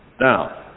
Now